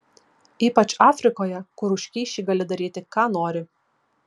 ypač afrikoje kur už kyšį gali daryti ką nori